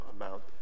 amount